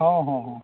ᱦᱚᱸ ᱦᱚᱸ ᱦᱚᱸ